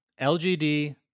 LGD